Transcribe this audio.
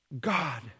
God